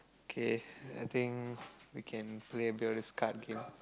K I think we can play a bit of this card game